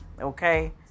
Okay